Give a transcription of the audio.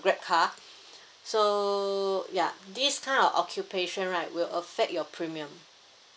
grab car so ya this kind of occupation right will affect your premium